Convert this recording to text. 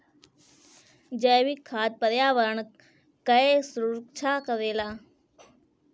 जैविक खाद पर्यावरण कअ सुरक्षा करेला